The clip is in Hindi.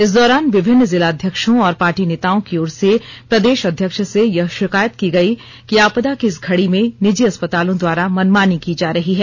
इस दौरान विभिन्न जिलाध्यक्षों और पार्टी नेताओं की ओर से प्रदेश अध्यक्ष से यह शिकायत की गयी कि आपदा की इस घड़ी में निजी अस्पतालों द्वारा मनमानी की जा रही है